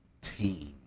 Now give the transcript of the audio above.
team